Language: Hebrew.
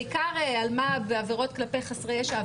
בעיקר אלמ"ב ועבירות כלפי חסרי ישע,